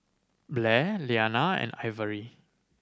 Blair Iyana and Ivory